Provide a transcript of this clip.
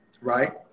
right